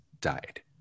died